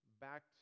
back